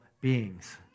beings